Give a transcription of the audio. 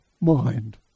mind